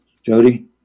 Jody